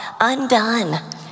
undone